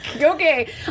okay